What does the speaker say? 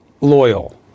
loyal